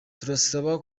turasaba